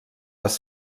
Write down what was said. les